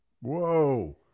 Whoa